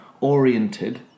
oriented